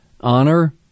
honor